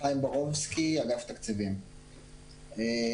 בורובסקי מאגף התקציבים באוצר.